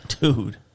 Dude